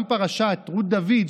גם פרשת רות דוד,